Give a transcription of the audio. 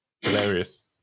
hilarious